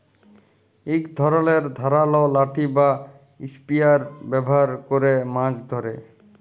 ইক ধরলের ধারালো লাঠি বা ইসপিয়ার ব্যাভার ক্যরে মাছ ধ্যরে